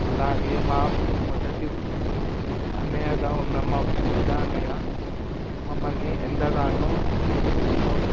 అలాగే మా మొదటి అన్నయ్యగా ఉన్న మా పెద్ద అన్నయ్య మమ్మల్ని ఎంతగానో మొ